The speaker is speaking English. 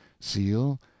seal